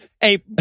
Hey